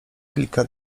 kilka